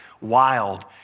wild